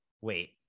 wait